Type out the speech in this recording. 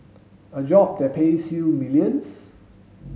a job that pays you millions